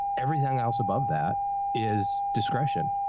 everything else above that is discretion.